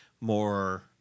more